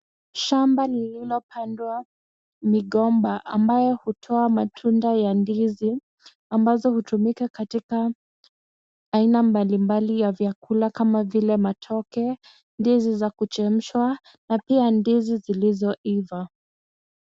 Shamba lililopandwa miti ya migomba ambayo hutoa matunda ya ndizi ambazo hutumika katika aina mbali mbali ya vyakula kama vile matoke, ndizi za kuchemshwa na ndizi zilizoiva.